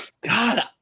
God